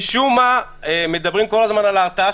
משום מה מדברים כל הזמן על ההרתעה,